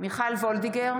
מיכל וולדיגר,